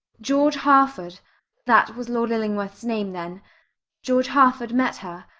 george harford that was lord illingworth's name then george harford met her.